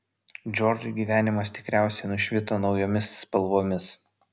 džordžui gyvenimas tikriausiai nušvito naujomis spalvomis